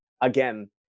again